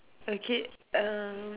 okay um